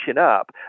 up